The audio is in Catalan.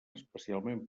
especialment